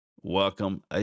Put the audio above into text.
Welcome